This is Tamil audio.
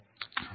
2000